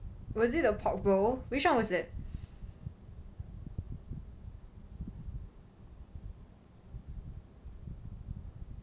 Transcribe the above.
was it the pork bowl which [one] was it